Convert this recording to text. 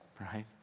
Right